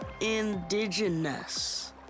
Indigenous